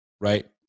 right